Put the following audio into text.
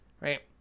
Right